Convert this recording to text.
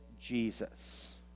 Jesus